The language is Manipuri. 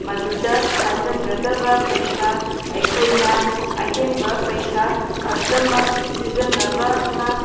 ꯃꯗꯨꯗ ꯊꯥꯖꯤꯟꯒꯗꯕ ꯄꯩꯁꯥ ꯑꯩꯈꯣꯏꯅ ꯑꯍꯦꯟꯕ ꯄꯩꯁꯥ ꯈꯛꯇꯃꯛ ꯁꯤꯖꯤꯟꯅꯕꯅ